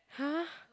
!huh!